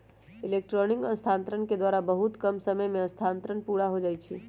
electronic स्थानान्तरण के द्वारा बहुते कम समय में स्थानान्तरण पुरा हो जाइ छइ